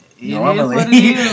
Normally